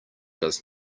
does